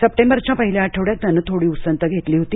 सप्टेंबरच्या पहिल्या आठवड्यात त्यानं थोडी उसंत घेतली होती